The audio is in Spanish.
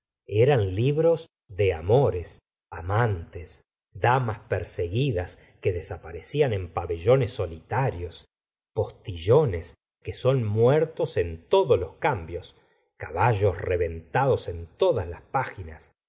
eran libros de amores amantes damas perseguidas que desaparecían en pabellones solitarios postillones que son muertos en todos los cambios caballos reventados en todas las páginas